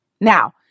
Now